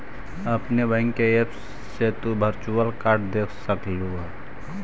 अपने बैंक के ऐप से तु वर्चुअल कार्ड देख सकलू हे